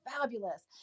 fabulous